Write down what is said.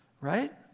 right